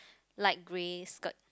with light grey skirt